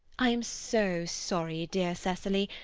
i am so sorry, dear cecily,